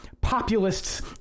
populists